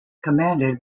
commanded